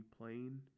plain